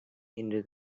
into